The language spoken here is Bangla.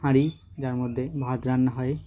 হাঁড়ি যার মধ্যে ভাত রান্না হয়